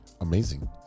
Amazing